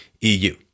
EU